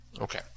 okay